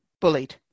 bullied